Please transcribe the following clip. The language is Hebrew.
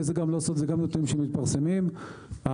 וזה נתונים שמתפרסמים,